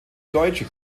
deutsche